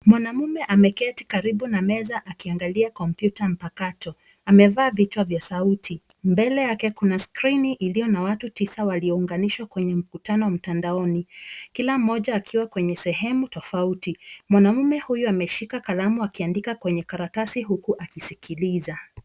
Mwanaume ameketi karibu na meza akiangalia kompyuta mpakato, amevaa vichwa vya sauti. Mbele yake kuna skrini iliyo na watu tisa waliounganishwa kwenye mkutano mtandaoni. Kila mmoja akiwa kwenye sehemu tofauti. Mwanaume huyu ameshika kalamu akiandika kwenye karatasi huku akisikiliza.